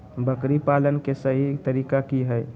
बकरी पालन के सही तरीका की हय?